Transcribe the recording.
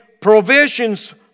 provisions